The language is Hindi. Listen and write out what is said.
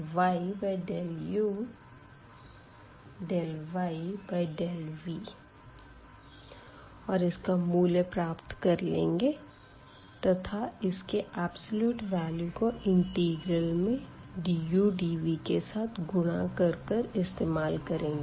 Jxyuv∂x∂u ∂x∂v ∂y∂u ∂y∂v और इसका मूल्य प्राप्त कर लेंगे तथा इसके एब्सलूट वैल्यू को इंटिग्रल में du dv के साथ गुणा कर कर इस्तेमाल करेंगे